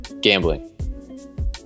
gambling